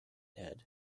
head